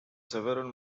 several